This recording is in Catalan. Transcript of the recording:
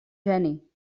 geni